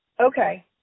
Okay